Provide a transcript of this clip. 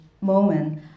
moment